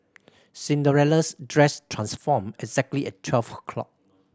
Cinderella's dress transformed exactly at twelve o'clock